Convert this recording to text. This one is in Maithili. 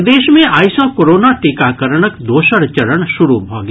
प्रदेश मे आइ सँ कोरोना टीकाकरणक दोसर चरण शुरू भऽ गेल